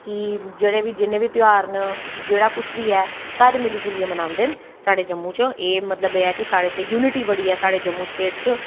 कि जेह्ड़े बी जिन्नें बी ध्यार न जेह्ड़ा कुश बी ऐ सारे मिली जुलियै बनांदे न साढ़े जम्मू च मतलव कि एह् ऐ साढ़े युनिटी बड़ी ऐ साढ़े जम्मू कश्मीर च